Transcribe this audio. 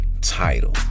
title